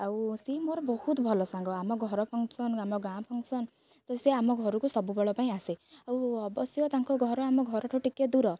ଆଉ ସିଏ ମୋର ବହୁତ ଭଲ ସାଙ୍ଗ ଆମ ଘର ଫଙ୍କସନ ଆମ ଗାଁ ଫଙ୍କସନ ତ ସେ ଆମ ଘରକୁ ସବୁବେଳ ପାଇଁ ଆସେ ଆଉ ଅବଶ୍ୟ ତାଙ୍କ ଘର ଆମ ଘରଠୁ ଟିକେ ଦୂର